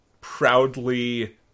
proudly